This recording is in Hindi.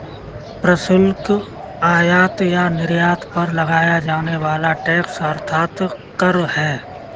प्रशुल्क, आयात या निर्यात पर लगाया जाने वाला टैक्स अर्थात कर है